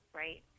right